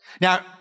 Now